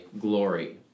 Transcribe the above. glory